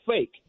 fake